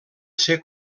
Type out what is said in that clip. ser